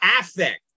affect